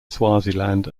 swaziland